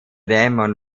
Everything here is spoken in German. dämon